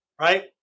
right